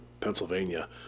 Pennsylvania